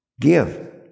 Give